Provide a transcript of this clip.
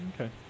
Okay